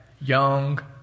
Young